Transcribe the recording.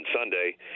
Sunday